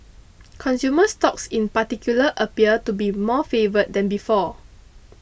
consumer stocks in particular appear to be more favoured than before